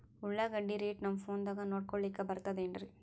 ಉಳ್ಳಾಗಡ್ಡಿ ರೇಟ್ ನಮ್ ಫೋನದಾಗ ನೋಡಕೊಲಿಕ ಬರತದೆನ್ರಿ?